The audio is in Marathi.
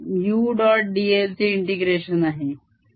dl चे इंटिग्रेशन आहे